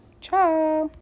ciao